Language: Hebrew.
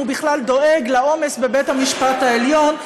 הוא בכלל דואג מהעומס בבית-המשפט העליון.